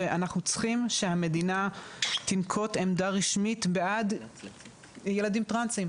שאנחנו צריכים שהמדינה תנקוט עמדה רשמית בעד ילדים טרנסים,